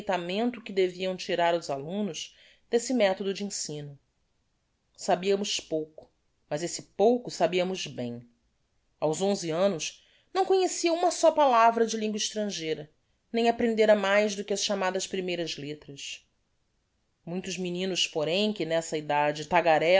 o aproveitamento que deviam tirar os alumnos desse methodo de ensino sabiamos pouco mas esse pouco sabiamos bem aos onze annos não conhecia uma só palavra de lingua estrangeira nem aprendêra mais do que as chamadas primeiras lettras muitos meninos porém que nessa idade